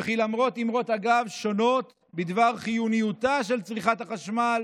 וכי למרות אמרות אגב שונות בדבר חיוניותה של צריכת החשמל